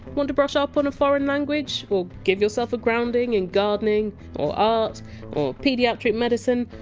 want to brush up on a foreign language, or give yourself a grounding in gardening or art or paediatric medicine?